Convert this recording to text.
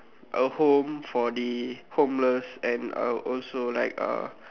a home for the homeless and uh also like a